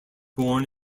born